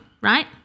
right